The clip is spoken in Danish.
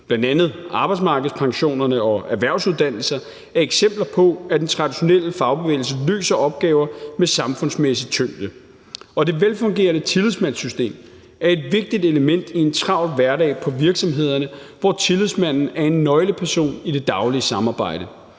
Bl.a. arbejdsmarkedspensionerne og erhvervsuddannelserne er eksempler på, at den traditionelle fagbevægelse løser opgaver med samfundsmæssig tyngde. Og det velfungerende tillidsmandssystem er et vigtigt element i en travl hverdag på virksomhederne, hvor tillidsmanden er en nøgleperson i det daglige samarbejde.